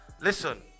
listen